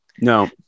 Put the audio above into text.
No